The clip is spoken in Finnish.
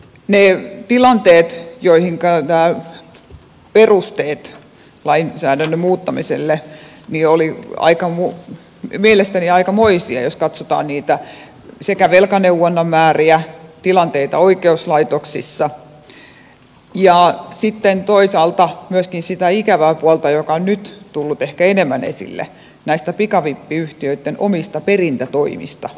ne tilanteet joihinka nämä perusteet lainsäädännön muuttamiselle liittyvät olivat mielestäni aikamoisia jos katsotaan sekä velkaneuvonnan määriä tilanteita oikeuslaitoksissa että sitten toisaalta myöskin sitä ikävää puolta joka on nyt tullut ehkä enemmän esille näitä pikavippiyhtiöitten omia perintätoimia ja perintätapoja